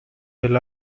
del